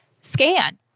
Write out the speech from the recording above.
scan